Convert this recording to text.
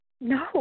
No